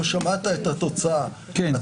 את הדברים המופרכים שנאמרים פה בוועדה במשך שעה וחצי